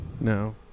No